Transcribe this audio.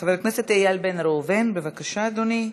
חבר הכנסת איל בן ראובן, בבקשה, אדוני.